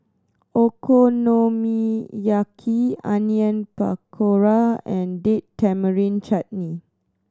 Okonomiyaki Onion Pakora and Date Tamarind Chutney